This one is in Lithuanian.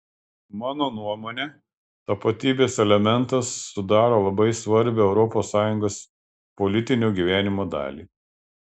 mano nuomone tapatybės elementas sudaro labai svarbią europos sąjungos politinio gyvenimo dalį